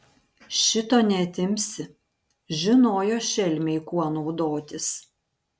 šito neatimsi žinojo šelmiai kuo naudotis